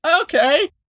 Okay